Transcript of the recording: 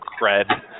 cred